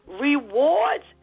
Rewards